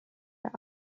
der